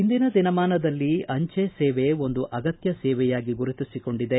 ಇಂದಿನ ದಿನಮಾನದಲ್ಲಿ ಅಂಚೆ ಸೇವೆ ಒಂದು ಅತ್ಯಗತ್ಯ ಸೇವೆಯಾಗಿ ಗುರುತಿಸಿಕೊಂಡಿದೆ